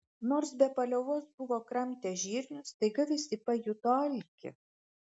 nors be paliovos buvo kramtę žirnius staiga visi pajuto alkį